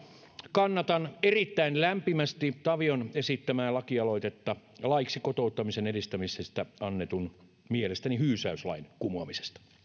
kannatan erittäin lämpimästi tavion esittämää lakialoitetta laiksi kotouttamisen edistämisestä annetun lain mielestäni hyysäyslain kumoamisesta